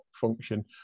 function